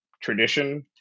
tradition